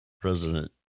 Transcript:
president